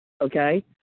okay